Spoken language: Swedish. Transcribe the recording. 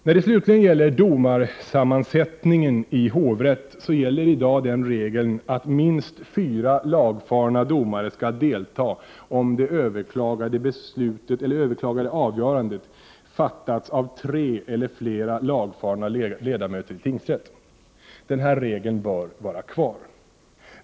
När det slutligen gäller domarsammansättningen i hovrätt gäller i dag den regeln att minst fyra lagfarna domare skall delta om det överklagade avgörandet fattats av tre eller flera lagfarna ledamöter i tingsrätt. Denna regel bör vara kvar.